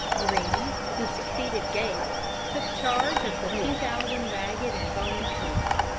greene, who succeeded gates, took charge of the two thousand ragged and bony troops.